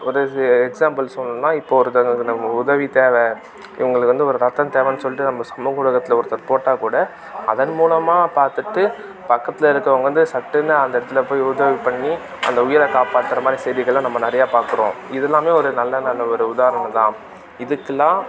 ஒரு ஸ எக்ஸாம்பிள் சொல்லணுன்னால் இப்போ ஒருத்தவங்களுக்கு நம்ம உதவி தேவை இவர்களுக்கு வந்து ஒரு இரத்தம் தேவைன்னு சொல்லிட்டு நம்ம சமூக ஊடகத்தில் ஒருத்தர் போட்டால் கூட அதன் மூலமாக பார்த்துட்டு பக்கத்தில் இருக்கவங்க வந்து சட்டுன்னு அந்த இடத்துல போய் உதவி பண்ணி அந்த உயிரை காப்பாற்றுற மாதிரி செய்திகளை நம்ம நிறைய பார்க்கறோம் இது எல்லாமே ஒரு நல்ல நல்ல ஒரு உதாரணம் தான் இதுக்கெல்லாம்